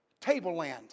tableland